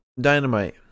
Dynamite